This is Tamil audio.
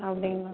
அப்படிங்களா